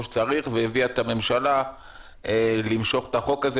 שצריך והביאה את הממשלה למשוך את החוק הזה,